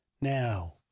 Now